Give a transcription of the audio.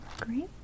Great